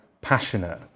passionate